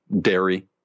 dairy